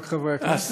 רק חברי הכנסת?